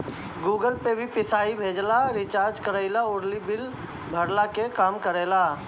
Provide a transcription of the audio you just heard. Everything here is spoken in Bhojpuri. गूगल पे भी पईसा भेजला, रिचार्ज कईला अउरी बिल भरला के काम करेला